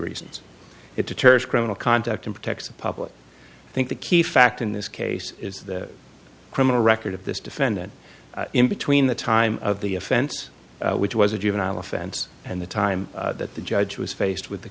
reasons it deters criminal conduct and protect the public i think the key fact in this case is the criminal record of this defendant in between the time of the offense which was a juvenile offense and the time that the judge was faced with the